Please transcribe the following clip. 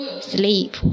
Sleep